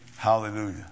Hallelujah